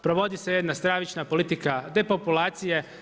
Provodi se jedna stravična politika depopulacije.